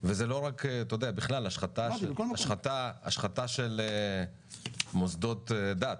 ובכלל השחתה של מוסדות דת